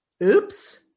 Oops